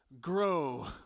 grow